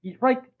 Right